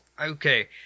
okay